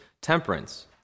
temperance